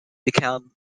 become